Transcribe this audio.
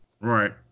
Right